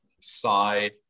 Side